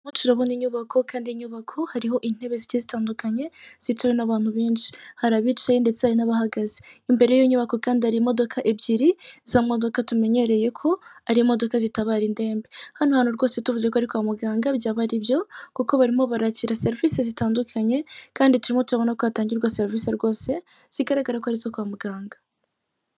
Ni muri gare hari haparitse imodoka za kwasiteri zikoreshwa na ajanse ya sitela.